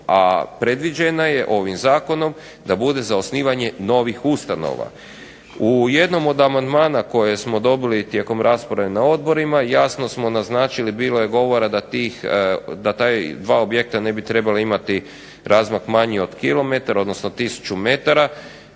a predviđena je ovim zakonom da bude za osnivanje novih ustanova. U jednom od amandmana koje smo dobili tijekom rasprave na odborima, jasno smo naznačili, bilo je govora da ta dva objekta ne bi trebali imati razmak manji od kilometar odnosno 1000 metara